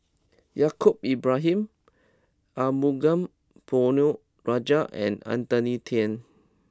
Yaacob Ibrahim Arumugam Ponnu Rajah and Anthony Then